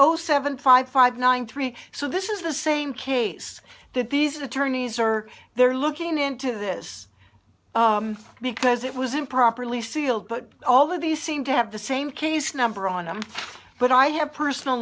zero seven five five nine three so this is the same case that these attorneys are they're looking into this because it was improperly sealed but all of these seem to have the same case number on them but i have personal